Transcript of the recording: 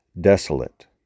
desolate